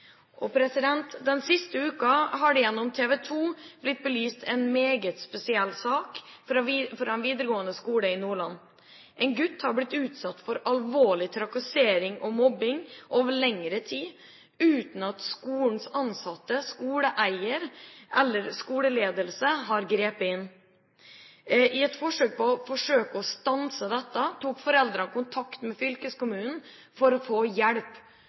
Den siste uken har det gjennom TV 2 blitt belyst en meget spesiell sak fra en videregående skole i Nordland. En gutt har blitt utsatt for alvorlig trakassering og mobbing over lengre tid, uten at skolens ansatte, skoleeier eller skoleledelse har grepet inn. I et forsøk på å stanse dette tok foreldrene kontakt med fylkeskommunen for å få hjelp